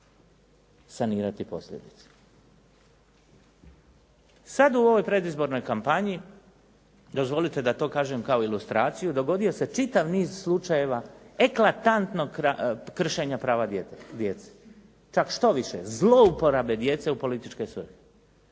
sanirati posljedice. Sada u ovoj predizbornoj kampanji, dozvolite da to kažem kao ilustraciju, dogodio se čitav niz slučajeva eklatantnog kršenja prava djece, čak štoviše zlouporabe djece u političke svrhe.